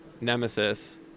nemesis